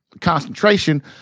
concentration